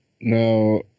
Now